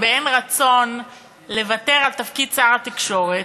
ובאין רצון לוותר על תפקיד שר התקשורת,